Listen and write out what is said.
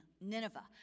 Nineveh